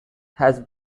has